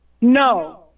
No